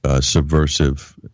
subversive